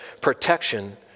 protection